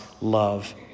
love